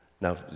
Now